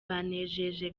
banejeje